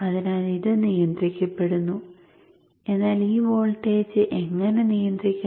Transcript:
അതിനാൽ ഇത് നിയന്ത്രിക്കപ്പെടുന്നു എന്നാൽ ഈ വോൾട്ടേജ് എങ്ങനെ നിയന്ത്രിക്കാം